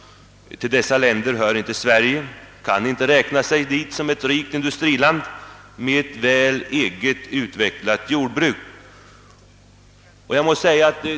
Till dessa länder hör inte Sverige — det kan som rikt industriland med ett väl utvecklat eget jordbruk inte räkna sig dit.